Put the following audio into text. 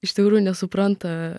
iš tikrųjų nesupranta